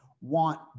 want